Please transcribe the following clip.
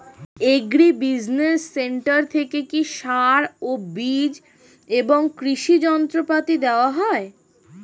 Agri business centre থেকে কি সার ও বিজ এবং কৃষি যন্ত্র পাতি দেওয়া হয়?